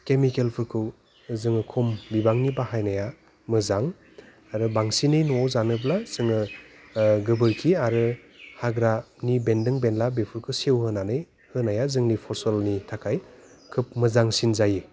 केमिकेलफोरखौ जोङो खम बिबांनि बाहायनाया मोजां आरो बांसिनै न'आव जानोब्ला जोङो गोबोरखि आरो हाग्रानि बेन्दों बेन्ला बेफोरखौ सेवहोनानै होनाया जोंनि फसलनि थाखाय खोब मोजांसिन जायो